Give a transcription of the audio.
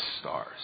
stars